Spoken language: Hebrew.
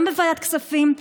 גם בוועדת כספים,